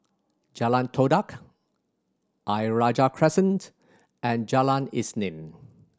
Jalan Todak Ayer Rajah Crescent and Jalan Isnin